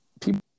people